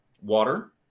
water